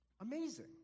amazing